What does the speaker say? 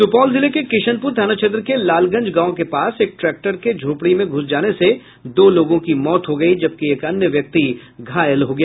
सुपौल जिले के किशनपुर थाना क्षेत्र के लालगंज गांव के पास एक ट्रैक्टर के झोपड़ी में घुस जाने से दो लोगों की मौत हो गयी जबकि एक अन्य व्यक्ति घायल हो गया